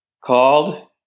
called